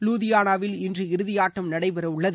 லூதியானாவில் இன்று இறுதியாட்டம் நடைபெற உள்ளது